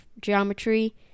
geometry